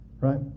right